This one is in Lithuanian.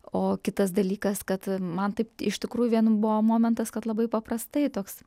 o kitas dalykas kad man taip iš tikrųjų vienu buvo momentas kad labai paprastai toks